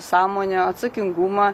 sąmonę atsakingumą